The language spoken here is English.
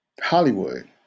Hollywood